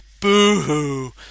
Boo-hoo